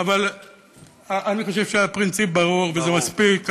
אבל אני חושב שהפרינציפ ברור וזה מספיק.